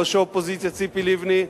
ראש האופוזיציה ציפי לבני,